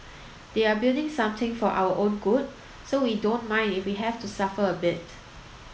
they're building something for our own good so we don't mind if we have to suffer a bit